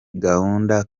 gahunda